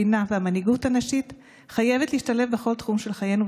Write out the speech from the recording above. הבינה והמנהיגות הנשית חייבת להשתלב בכל תחום של חיינו,